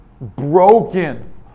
broken